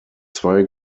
zwei